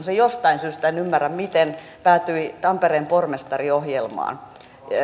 se jostain syystä en ymmärrä miten päätyi tampereen pormestariohjelmaan